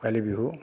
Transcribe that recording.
Bhogali Bihu